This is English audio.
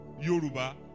Yoruba